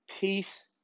Peace